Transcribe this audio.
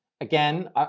again